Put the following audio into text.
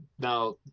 Now